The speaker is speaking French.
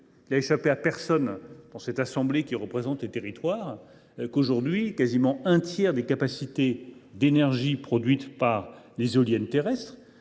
Il n’a échappé à personne dans cette assemblée qui représente les territoires que près d’un tiers des capacités d’énergie produites par les éoliennes terrestres